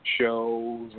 shows